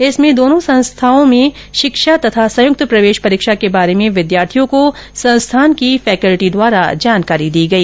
इसमें दोनों संस्थानों में शिक्षा तथा संयुक्त प्रवेश परीक्षा के बारे में विद्यार्थियों को संस्थान की फैकल्टी द्वारा जानकारी दी गई